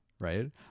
right